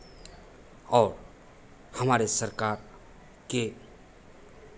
और हमारे सरकार के